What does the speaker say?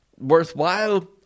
worthwhile